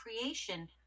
creation